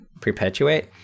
perpetuate